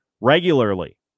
regularly